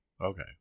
Okay